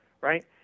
right